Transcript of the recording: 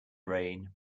rain